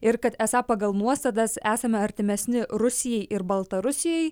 ir kad esą pagal nuostatas esame artimesni rusijai ir baltarusijai